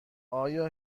آیا